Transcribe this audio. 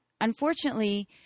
Unfortunately